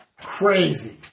Crazy